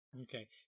Okay